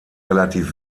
relativ